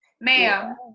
ma'am